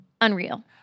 unreal